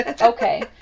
Okay